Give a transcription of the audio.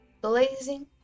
blazing